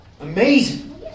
Amazing